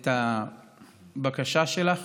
את הבקשה שלך.